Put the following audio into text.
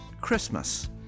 Christmas